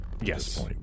Yes